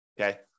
okay